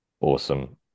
Awesome